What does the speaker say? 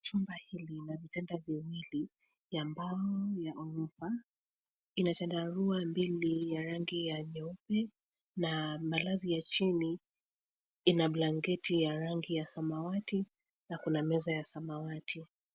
Chumba hili lina vitanda viwili ya mbao ya ghorofa. Ina chandarua mbili ya rangi ya nyeupe na malazi ya chini ina blanketi ya rangi ya samawati na kuna meza ya samawati.